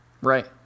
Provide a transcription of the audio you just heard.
Right